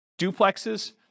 duplexes